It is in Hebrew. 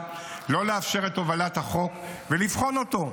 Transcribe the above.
לא לאפשר את הובלת החוק ולבחון אותו,